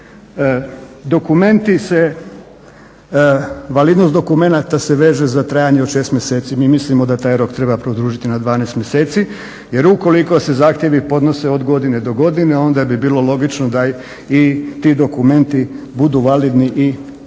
Validnost dokumenata se veže za trajanje od 6 mjeseci. Mi mislimo da taj rok treba produžiti na 12 milijuna mjeseci jer ukoliko se zahtjevi podnose od godine do godine onda bi bilo logično da i ti dokumenti budu validni i nakon